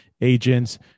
agents